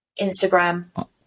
Instagram